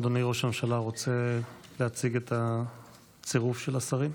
אדוני ראש הממשלה רוצה להציג את הצירוף של השרים?